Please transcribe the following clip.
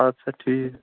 اَدٕ سا ٹھیٖک